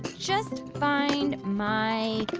just find my